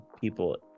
people